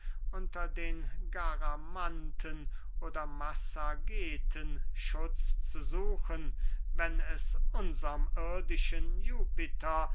unter den garamanten oder massageten schutz zu suchen wenn es unserm irdischen jupiter